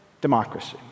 democracy